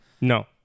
No